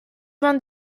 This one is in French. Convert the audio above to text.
vingt